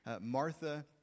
Martha